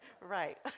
right